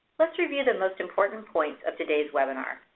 let's review the most important points of today's webinar.